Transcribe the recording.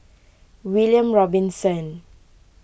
William Robinson